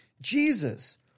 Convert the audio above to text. Jesus